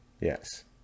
Yes